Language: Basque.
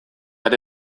ere